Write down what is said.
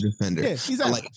defender